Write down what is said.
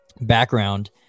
background